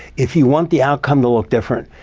if you want the outcome to look different,